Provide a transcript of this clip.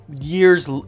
years